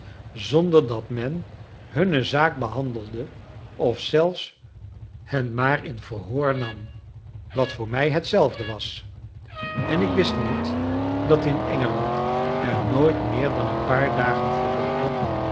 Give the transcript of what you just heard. zonder dat men hunne zaak behandelde of zelfs hen maar in verhoor nam wat voor mij hetzelfde was en ik wist niet dat in engeland er nooit meer dan een paar dagen verloopen